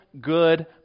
good